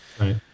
Right